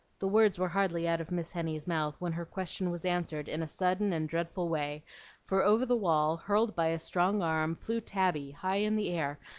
the words were hardly out of miss henny's mouth when her question was answered in a sudden and dreadful way for over the wall, hurled by a strong arm, flew tabby, high in the air,